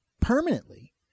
permanently